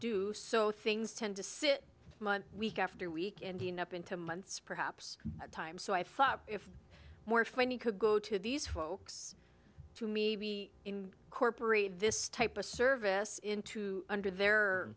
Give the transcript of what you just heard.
do so things tend to sit month week after week and up into months perhaps a time so i thought if more fine you could go to these folks to me in corporate this type of service into under their